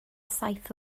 saith